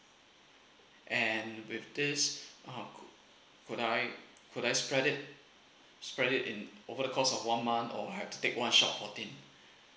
and with this uh could could I could I spread it spread it in over the cost of one month or I have to take one shot fourteen